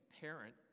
parent